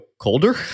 colder